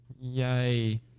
yay